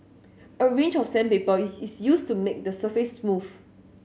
a range of sandpaper is is used to make the surface smooth